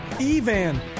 Evan